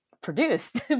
produced